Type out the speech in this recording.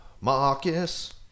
Marcus